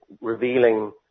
revealing